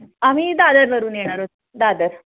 आम्ही दादरवरून येणार आहोत दादर